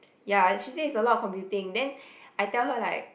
ya she thinks it's a lot of computing then I tell her like